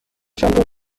شلوار